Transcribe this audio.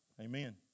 Amen